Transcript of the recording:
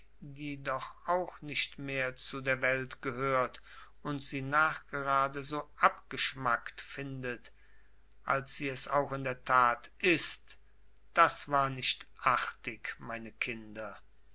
die doch auch nicht mehr zu der welt gehört und sie nachgerade so abgeschmackt findet als sie es auch in der tat ist das war nicht artig meine kinder